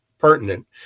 pertinent